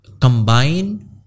Combine